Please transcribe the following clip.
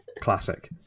classic